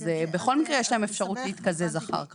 אז בכל מקרה יש להם אפשרות להתקזז אחר כך.